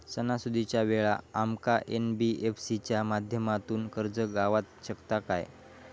सणासुदीच्या वेळा आमका एन.बी.एफ.सी च्या माध्यमातून कर्ज गावात शकता काय?